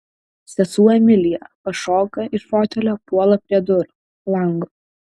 sesuo emilija pašoka iš fotelio puola prie durų lango